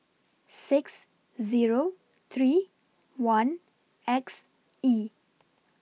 six Zero three one X E